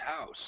house